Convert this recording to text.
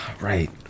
Right